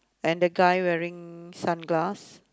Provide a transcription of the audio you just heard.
and the guy wearing sunglass